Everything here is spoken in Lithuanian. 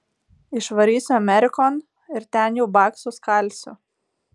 išvarysiu amerikon ir ten jau baksus kalsiu